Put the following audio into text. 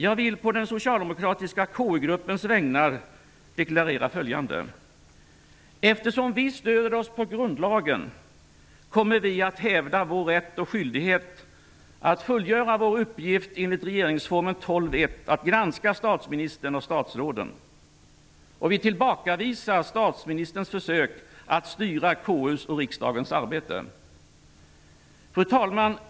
Jag vill på den socialdemokratiska KU gruppens vägnar deklarera följande: Eftersom vi stöder oss på grundlagen kommer vi att hävda vår rätt och skyldighet att fullgöra vår uppgift enligt 12 kap. 1 § regeringsformen att granska statsministern och statsråden. Vi tillbakavisar statsministerns försök att styra KU:s och riksdagens arbete. Fru talman!